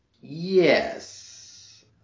Yes